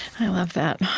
i love that.